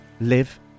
live